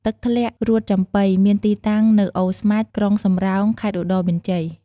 ទឹកធ្លាក់រួតចំបុីមានទីតាំងនៅអូរស្មាច់ ក្រុងសំរោង ខេត្តឧត្តរមានជ័យ។